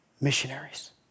missionaries